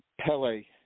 Pele